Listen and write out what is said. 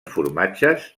formatges